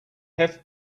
have